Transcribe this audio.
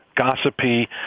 gossipy